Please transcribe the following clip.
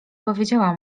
powiedziała